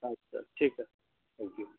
अच्छा ठीकु आहे थैन्कयू